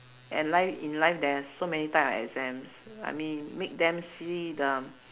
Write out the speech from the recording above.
and life in life there are so many type of exams I mean make them see the